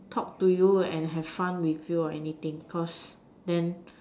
talk to you and have fun with you or anything cause then